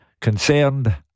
concerned